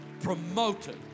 promoted